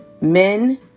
Men